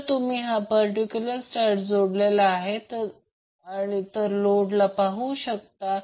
जर तुम्ही हा पर्टिक्युलर स्टार जोडलेला लोड पाहिलात